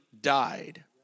died